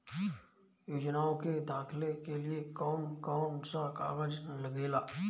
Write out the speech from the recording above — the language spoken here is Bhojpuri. योजनाओ के दाखिले के लिए कौउन कौउन सा कागज लगेला?